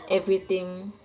everything